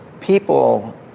people